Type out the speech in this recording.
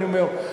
אני אומר,